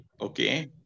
Okay